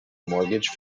mortgage